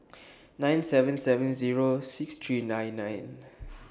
nine seven seven Zero six three nine nine